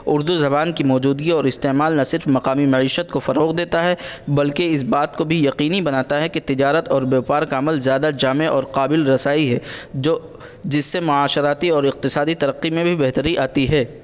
اردو زبان کی موجودگی اور استعمال نہ صرف مقامی معیشت کو فروغ دیتا ہے بلکہ اس بات کو بھی یقینی بناتا ہے کہ تجارت اور بیوپار کا عمل زیادہ جامع اور قابل رسائی ہے جو جس سے معاشراتی اور اقتصادی ترقی میں بھی بہتری آتی ہے